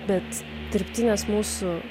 bet dirbtines mūsų